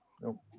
Nope